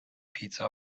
pizza